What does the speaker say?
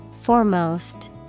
Foremost